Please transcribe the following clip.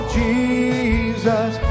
jesus